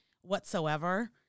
whatsoever